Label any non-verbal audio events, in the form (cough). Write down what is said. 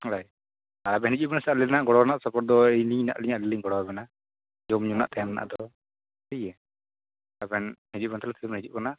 (unintelligible) ᱟᱵᱮᱱ ᱦᱤᱡᱩᱜᱵᱤᱱ ᱥᱮ (unintelligible) ᱟ ᱞᱤᱧ ᱱᱟᱜ ᱜᱚᱲᱚ ᱥᱚᱯᱚᱦᱚᱫ ᱫᱚ ᱟᱹᱞᱤᱧᱱᱟᱜ ᱟ ᱞᱤᱧᱞᱤᱧ ᱜᱚᱲᱚᱣᱟᱵᱮᱱᱟ ᱡᱚᱢᱼᱧᱩ ᱱᱟᱜ ᱛᱟᱭᱚᱢ ᱨᱮᱱᱟᱜ ᱫᱚ ᱴᱤᱠᱜᱮᱭᱟ ᱟᱵᱮᱱ ᱦᱤᱡᱩᱜᱵᱮᱱ ᱛᱟᱦᱚᱞᱮ ᱛᱤᱥᱵᱤᱱ ᱦᱤᱡᱩᱜ ᱠᱟᱱᱟ